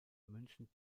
münchen